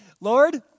Lord